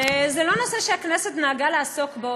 וזה לא נושא שהכנסת נהגה לעסוק בו,